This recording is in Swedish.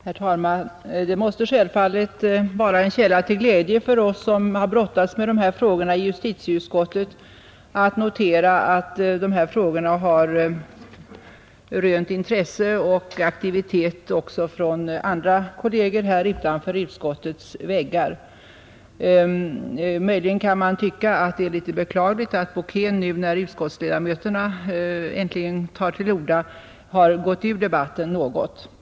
Herr talman! Det måste självfallet vara en källa till glädje för oss, som har brottats med de här frågorna i justitieutskmttet, att notera att dessa frågor har rönt intresse och aktivitet också från andra kolleger utanför utskottets väggar. Möjligen kan man tycka att det är litet beklagligt att, när utskottsledamöterna nu äntligen tar till orda, debatten i viss mån har förlorat sin bouquet.